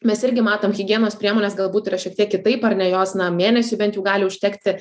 mes irgi matom higienos priemones galbūt yra šiek tiek kitaip ar ne jos na mėnesiui bent jau gali užtekti